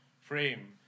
frame